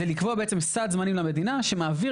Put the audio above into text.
זה לקבוע בעצם סד זמנים למדינה שמעביר